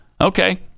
Okay